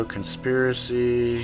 Conspiracy